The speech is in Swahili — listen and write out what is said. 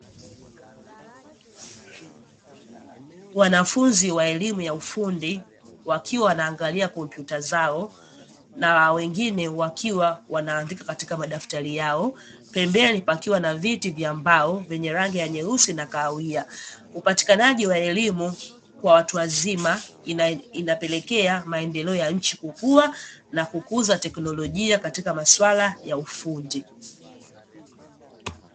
Wanafunzi wa elimu ya ufundi wakiwa wanaanglia kompyuta zao na wengine wakiwa wanaadika katika madaftari yao, pembeni pakiwa na viti vya mbao vyenye rangi ya nyeusi na kahawia. Upatikanaji wa elimu kwa watu wazima inapelekea maendeleo ya nchi kukua na kukuza teknolojia katika maswala ya ufundi.